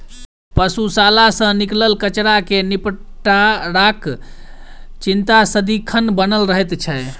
पशुशाला सॅ निकलल कचड़ा के निपटाराक चिंता सदिखन बनल रहैत छै